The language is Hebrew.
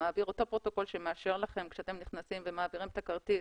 אותו פרוטוקול שמאשר לכם כשאתם נכנסים ומעבירים את הכרטיס,